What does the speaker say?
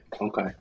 okay